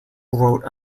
wrote